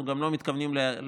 אנחנו גם לא מתכוונים לעצור.